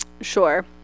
Sure